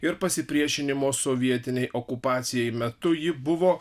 ir pasipriešinimo sovietinei okupacijai metu ji buvo